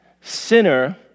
sinner